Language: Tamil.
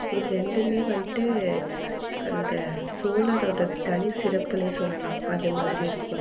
இது ரெண்டுமே வண்ட்டு அந்த சோழநாட்டு தனி சிறப்புனே சொல்லலாம் அது மாதிரி இருக்கும்